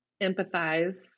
empathize